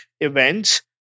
events